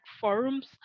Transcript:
forums